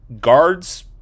Guards